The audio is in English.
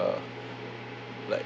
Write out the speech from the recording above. like